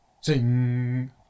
Sing